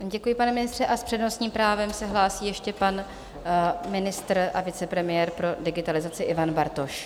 Děkuji, pane ministře, a s přednostním právem se hlásí ještě pan ministr a vicepremiér pro digitalizaci Ivan Bartoš.